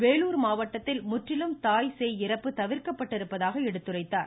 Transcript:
வேலூர் மாவட்டத்தில் முற்றிலும் தாய் சேய் தவிர்க்கப்பட்டிப்பதாகவும் எடுத்துரைத்தார்